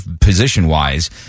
position-wise